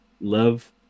Love